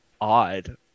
odd